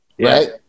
Right